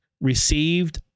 received